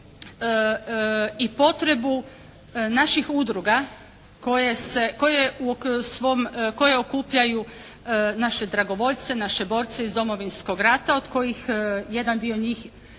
koje u svom, koje okupljaju naše dragovoljce, naše borce iz Domovinskog rata od kojih jedan dio njih